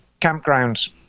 campgrounds